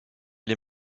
les